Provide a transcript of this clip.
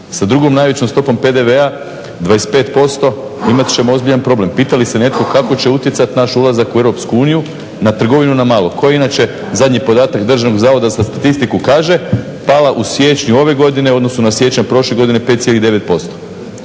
Sa drugom najvećom stopom PDV-a 25% imat ćemo ozbiljan problem. Pita li se netko kako će utjecati naš ulazak u EU na trgovinu na malo koji je inače zadnji podatak Državnog zavoda za statistiku kaže pala u siječnju ove godine u odnosu na siječanj prošle godine 5,9%.